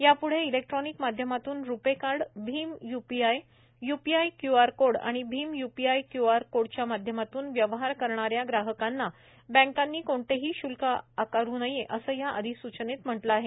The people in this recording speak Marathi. यापुढे इलेक्ट्रानिक माध्यमातून रुपे कार्ड भीम UPI UPI Q R code आणि भीम यूपीआई क्यू आर कोडच्या माध्यमातून व्यवहार करणाऱ्या ग्राहकांना बँकांनी कोणतेही शुल्क आकारू नये असं या अधिसूचनेत म्हटलं आहे